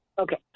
okay